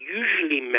usually